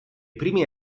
primi